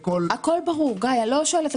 שואלת,